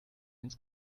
ins